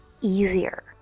easier